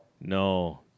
No